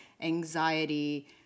anxiety